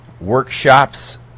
workshops